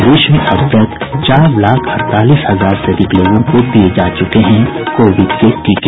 प्रदेश में अब तक चार लाख अड़तालीस हजार से अधिक लोगों को दिये जा चुके हैं कोविड के टीके